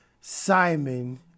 Simon